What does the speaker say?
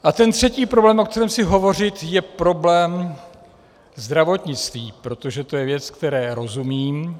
A ten třetí problém, o kterém chci hovořit, je problém zdravotnictví, protože to je věc, které rozumím.